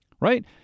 Right